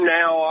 now